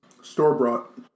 store-brought